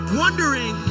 wondering